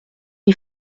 n’y